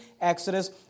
Exodus